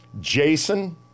Jason